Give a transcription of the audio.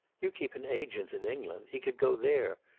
you keep an agent in england. he could go there.